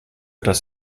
dass